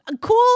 cool